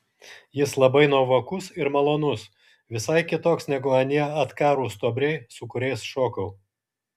jis labai nuovokus ir malonus visai kitoks negu anie atkarūs stuobriai su kuriais šokau